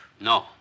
No